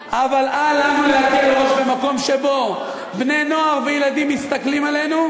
להקל ראש במקום שבו בני נוער וילדים מסתכלים עלינו,